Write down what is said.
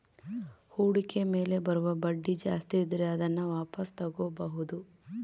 ಹೂಡಿಕೆ ಮೇಲೆ ಬರುವ ಬಡ್ಡಿ ಜಾಸ್ತಿ ಇದ್ರೆ ಅದನ್ನ ವಾಪಾಸ್ ತೊಗೋಬಾಹುದು